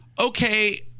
Okay